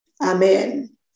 Amen